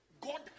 God